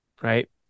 right